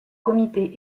comité